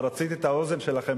אבל רציתי את האוזן שלכן.